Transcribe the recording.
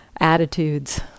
attitudes